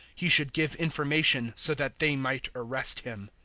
he should give information, so that they might arrest him.